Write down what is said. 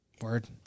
Word